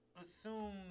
assume